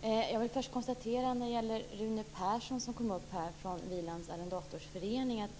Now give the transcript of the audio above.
Fru talman! Jag vill först göra ett konstaterande när det gäller Rune Persson från Willands arrendatorsförening, som